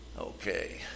Okay